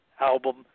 album